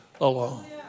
alone